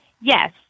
Yes